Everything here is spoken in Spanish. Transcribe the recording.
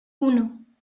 uno